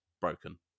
broken